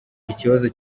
ikibazo